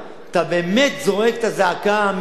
אתה באמת זועק את הזעקה האמיתית